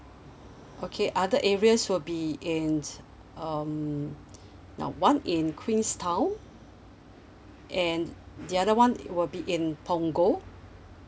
okay other areas will be in um now one in queenstown and the other one it will be in punggol